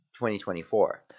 2024